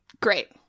Great